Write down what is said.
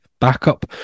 backup